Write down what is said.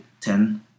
ten